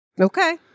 Okay